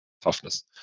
toughness